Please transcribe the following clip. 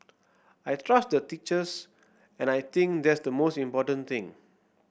I trust the teachers and I think that's the most important thing